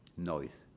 noise.